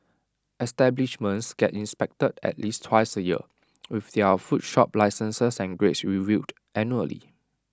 establishments get inspected at least twice A year with their food shop licences and grades reviewed annually